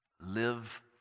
live